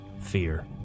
fear